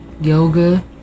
Yoga